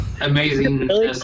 Amazing